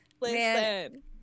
Listen